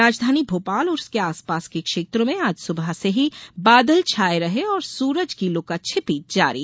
राजधानी भोपाल और उसके आस पास के क्षेत्रों में आज सुबह से ही बादल छाये रहे और सूरज की लुका छिपी जारी रही